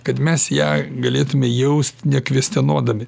kad mes ją galėtume jaust nekvestionuodami